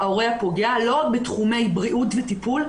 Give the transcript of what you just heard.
ההורה הפוגע לא רק בתחומי בריאות וטיפול,